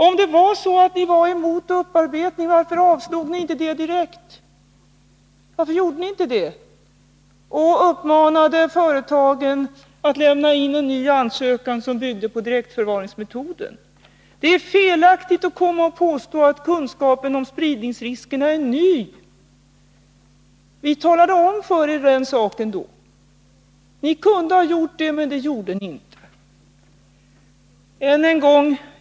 Om ni var emot bearbetning, varför avslog ni då inte ansökan direkt och uppmanade företagen att lämna in en ny ansökan, som byggde på direktförvaringsmetoden? Det är felaktigt att påstå att kunskaperna om spridningsriskerna är nya. Vi talade om den saken för er då, men ni gjorde ingenting.